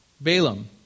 Balaam